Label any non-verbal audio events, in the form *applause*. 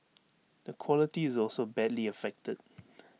the quality is also badly affected *noise*